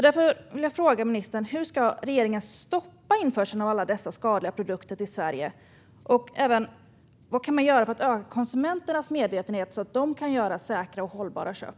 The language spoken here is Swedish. Därför vill jag fråga ministern: Hur ska regeringen stoppa införseln av alla dessa skadliga produkter till Sverige? Och vad kan man göra för att öka konsumenternas medvetenhet, så att de kan göra säkra och hållbara köp?